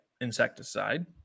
insecticide